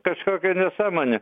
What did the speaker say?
kažkokia nesąmonė